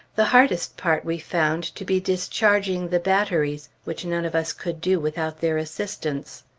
the hardest part we found to be discharging the batteries, which none of us could do without their assistance.